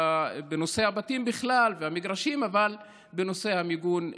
בנושא הבתים והמגרשים בכלל ובנושא המיגון בפרט.